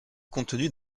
contenue